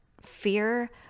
fear